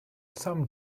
some